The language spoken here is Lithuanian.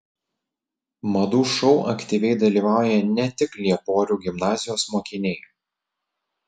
madų šou aktyviai dalyvauja ne tik lieporių gimnazijos mokiniai